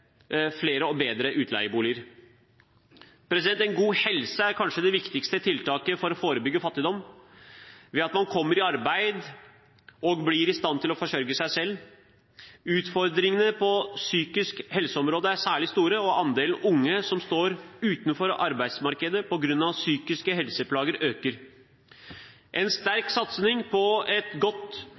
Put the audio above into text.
og bedre utleieboliger. En god helse er kanskje det viktigste tiltaket for å forebygge fattigdom ved at man kommer i arbeid og blir i stand til å forsørge seg selv. Utfordringene på det psykiske helseområdet er særlig store, og andelen unge som står utenfor arbeidsmarkedet på grunn av psykiske helseplager, øker. En sterk satsing på et godt